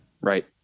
Right